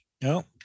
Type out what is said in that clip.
no